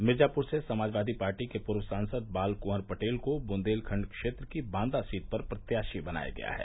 मिजापुर से समाजवादी पार्टी के पूर्व सांसद बाल कुँवर पटेल को बुन्देलखण्ड क्षेत्र की बांदा सीट पर प्रत्याशी बनाया गया है